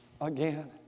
again